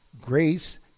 grace